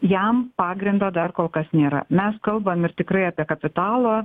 jam pagrindo dar kol kas nėra mes kalbam ir tikrai apie kapitalo